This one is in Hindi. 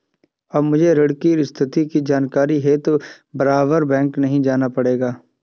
अब मुझे ऋण की स्थिति की जानकारी हेतु बारबार बैंक नहीं जाना पड़ेगा